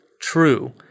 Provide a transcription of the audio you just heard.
true